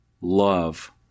Love